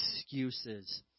excuses